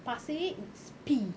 pasir it's pee